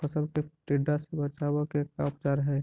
फ़सल के टिड्डा से बचाव के का उपचार है?